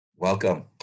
welcome